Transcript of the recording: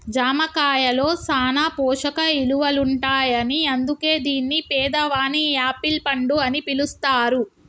జామ కాయలో సాన పోషక ఇలువలుంటాయని అందుకే దీన్ని పేదవాని యాపిల్ పండు అని పిలుస్తారు